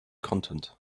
content